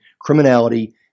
criminality